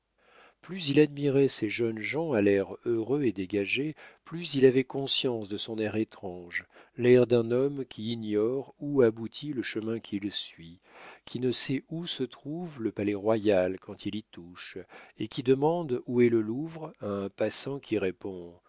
plus il admirait ces jeunes gens à l'air heureux et dégagé plus il avait conscience de son air étrange l'air d'un homme qui ignore où aboutit le chemin qu'il suit qui ne sait où se trouve le palais-royal quand il y touche et qui demande où est le louvre à un passant qui répond